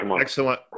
excellent